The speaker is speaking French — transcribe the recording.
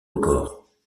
records